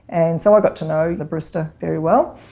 and so i got to know the barista very well,